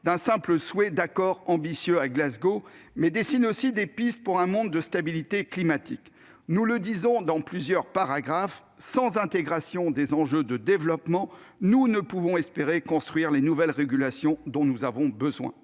à un simple souhait d'accord ambitieux à Glasgow, mais dessine aussi des pistes pour un monde de stabilité climatique. Nous le disons dans plusieurs paragraphes : sans intégration des enjeux de développement, nous ne pouvons espérer construire les nouvelles régulations dont nous avons besoin.